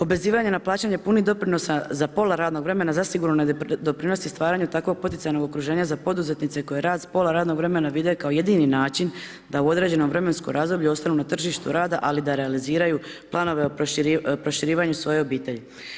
Obvezivanje na plaćanje punih doprinosa za pola radnog vremena zasigurno ne doprinosi stvaranju takvog potencijalnog okruženja za poduzetnice koje pola radnog vremena vide kao jedini način da u određenom vremenskom razdoblju ostanu na tržištu rada ali da realiziraju planove o proširivanju svoje obitelji.